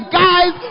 guys